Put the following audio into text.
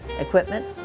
equipment